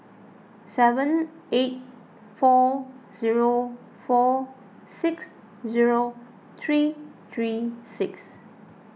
seven eight four zero four six zero three three six